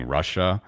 Russia